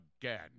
again